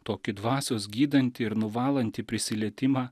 tokį dvasios gydantį ir nuvalantį prisilietimą